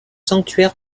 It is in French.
sanctuaire